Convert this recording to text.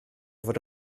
fod